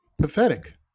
Pathetic